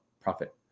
profit